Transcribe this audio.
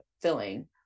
filling